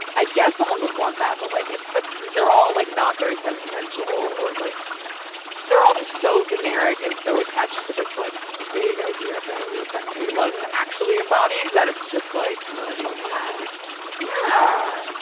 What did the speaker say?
i guess someone would want that. but like, it's that they're all like not very sentimental or like they're all just so generic and so attached to this like vague idea mainly is that no one actually embodies that. it's just like anyone who asks you still. yeah,